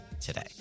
today